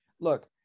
Look